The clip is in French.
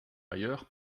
ailleurs